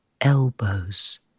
elbows